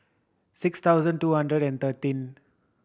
six thousand two hundred and thirteen